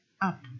up